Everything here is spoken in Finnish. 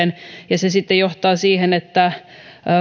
ajalliseen rajaamiseen ja se sitten johtaa siihen että